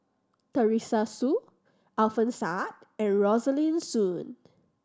Teresa Hsu Alfian Sa'at and Rosaline Soon